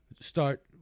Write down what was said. start